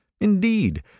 Indeed